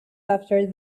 after